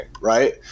right